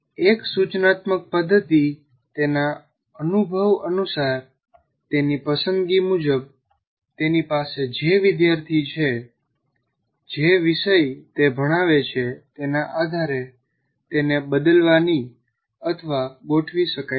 એક સૂચનાત્મક પદ્ધતિ તેના અનુભવ અનુસાર તેની પસંદગી મુજબ તેની પાસે જે વિદ્યાર્થી છે જે વિષય તે ભણાવે છે તેના આધારે તેને બદલાવી અથવા ગોઠવી શકાય છે